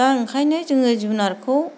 दा ओंखायनो जोङो जुनारखौ